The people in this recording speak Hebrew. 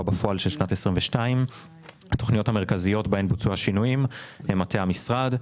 בפועל של שנת 22'. התכניות המרכזיות בהן בוצעו השינויים הן מטה המשרד,